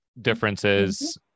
differences